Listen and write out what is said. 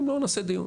אם לא, נעשה דיון,